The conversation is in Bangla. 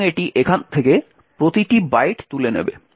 এবং এটি এখান থেকে প্রতিটি বাইট তুলে নেবে